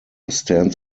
stands